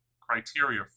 criteria